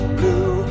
Blue